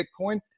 Bitcoin